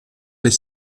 les